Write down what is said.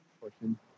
portion